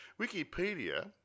Wikipedia